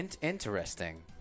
Interesting